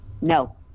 no